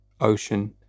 ocean